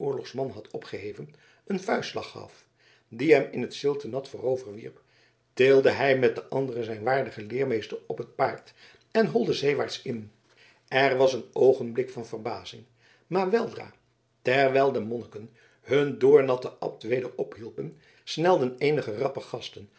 oorlogsmans had opgeheven een vuistslag gaf die hem in het zilte nat voorover wierp tilde hij met de andere zijn waardigen leermeester op het paard en holde zeewaarts in er was een oogenblik van verbazing maar weldra terwijl de monniken hun doornatten abt weder ophielpen snelden eenige rappe gasten